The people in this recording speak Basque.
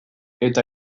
eta